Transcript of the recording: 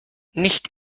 nicht